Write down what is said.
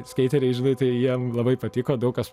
skeiteriai žinai tai jiem labai patiko daug kas